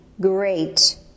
great